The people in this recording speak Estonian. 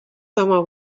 sama